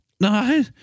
No